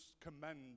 commend